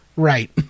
right